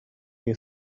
you